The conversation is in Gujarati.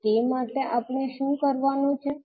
તો તે માટે આપણે શું કરવાનું છે